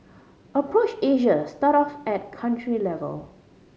approach Asia start off at country level